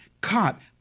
caught